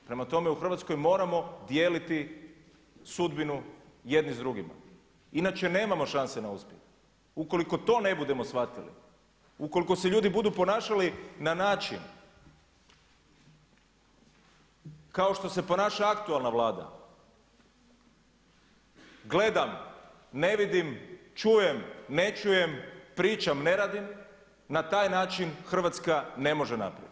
Prema tome, u Hrvatskoj moramo dijeliti sudbinu jedni s drugima, inače nemamo šanse … ukoliko to ne budemo shvatili, ukoliko se ljudi budu ponašali na način kao što se ponaša aktualna Vlada, gledam, ne vidim, čujem, ne čujem, pričam, ne radim na taj način Hrvatska ne može naprijed.